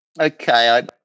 Okay